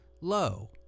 low